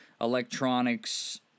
electronics